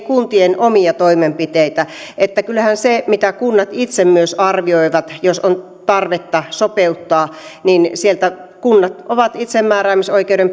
kuntien omia toimenpiteitä kyllähän se mitä kunnat itse myös arvioivat jos on tarvetta sopeuttaa kunnat ovat itsemääräämisoikeuden